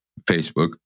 Facebook